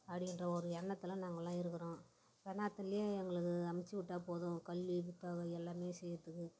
அப்படின்ற ஒரு எண்ணத்தில் நாங்கெல்லாம் இருக்கிறோம் பண்ணாத்துலையே எங்களுக்கு அனுப்புச்சி விட்டால் போதும் கல்வி புத்தகம் எல்லாமே செய்கிறதுக்கு